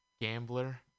gambler